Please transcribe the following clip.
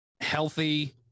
healthy